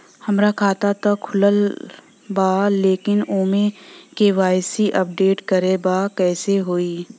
हमार खाता ता खुलल बा लेकिन ओमे के.वाइ.सी अपडेट करे के बा कइसे होई?